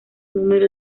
número